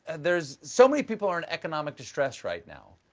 and there's so many people are in economic distress right now.